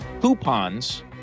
coupons